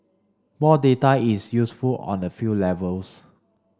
more data is useful on a few levels